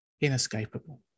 inescapable